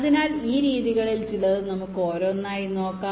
അതിനാൽ ഈ രീതികളിൽ ചിലത് നമുക്ക് ഓരോന്നായി നോക്കാം